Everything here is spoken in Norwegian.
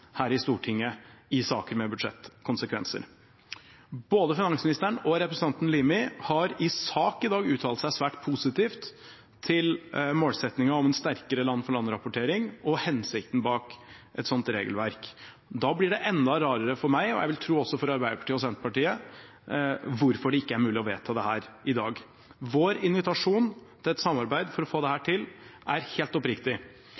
her i Stortinget. Både finansministeren og representanten Limi har i sak i dag uttalt seg svært positivt til målsettingen om sterkere land-for-land-rapportering og hensikten bak et sånt regelverk. Da blir det enda rarere for meg, og jeg vil tro også for Arbeiderpartiet og Senterpartiet, at det ikke er mulig å vedta dette i dag. Vår invitasjon til et samarbeid for å få dette til er helt oppriktig.